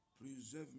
Preserve